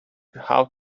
how